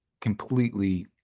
completely